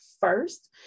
first